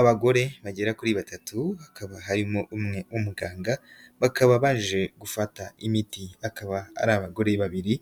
Abagore bagera kuri batatu, hakaba harimo umwe w'umuganga, bakaba baje gufata imiti, akaba ari abagore babiri,